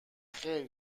خیر